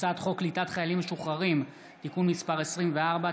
הצעת חוק קליטת חיילים משוחררים (תיקון מס' 24),